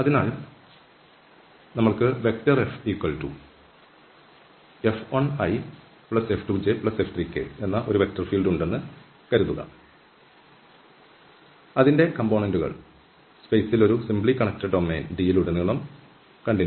അതിനാൽ നമ്മൾക്ക് FF1iF2jF3k ഒരു വെക്റ്റർ ഫീൽഡ് ഉണ്ടെന്ന് കരുതുക അതിന്റെ ഘടകങ്ങൾ സ്പേസിൽ ഒരു സിംപ്ലി കണ്ണെക്ടഡ് ഡൊമൈൻ D ലുടനീളം തുടരുന്നു